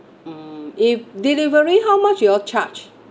mm if delivery how much you all charge